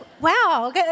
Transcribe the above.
wow